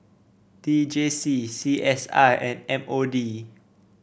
T J C C S I and M O D